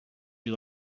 you